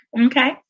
okay